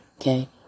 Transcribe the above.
okay